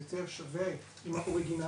יותר שווה עם האורגינל,